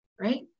right